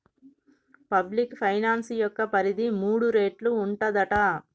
public finance యొక్క పరిధి మూడు రేట్లు ఉంటదట